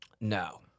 No